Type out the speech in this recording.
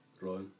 right